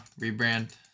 rebrand